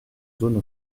zone